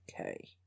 Okay